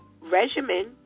regimen